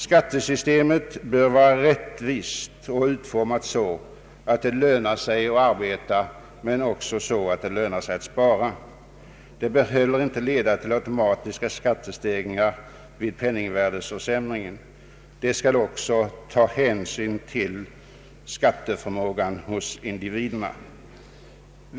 Skattesystemet bör vara rättvist och utformat så, att det lönar sig att arbeta och spara. Det bör heller inte innebära automatiska skattesteg Ang. en reform av beskattningen, m.m. ringar vid penningvärdeförsämring. Det bör också ta hänsyn till skatteförmågan hos individerna.